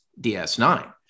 DS9